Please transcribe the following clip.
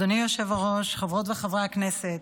אדוני היושב-ראש, חברות וחברי הכנסת,